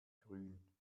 grün